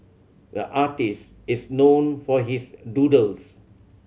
the artist is known for his doodles